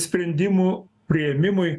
sprendimų priėmimui